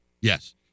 yes